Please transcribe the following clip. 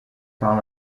par